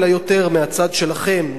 אלא יותר מהצד שלכם,